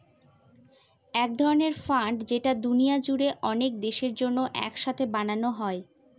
এক ধরনের ফান্ড যেটা দুনিয়া জুড়ে অনেক দেশের জন্য এক সাথে বানানো হয়